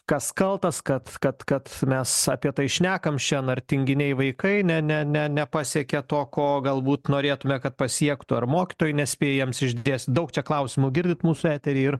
kas kaltas kad kad kad mes apie tai šnekam šen ar tinginiai vaikai ne ne ne nepasiekė to ko galbūt norėtume kad pasiektų ar mokytojai nespėja jiems išdėstyt daug klausimų girdit mūsų etery ir